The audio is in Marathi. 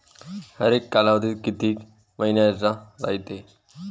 हरेक कालावधी किती मइन्याचा रायते?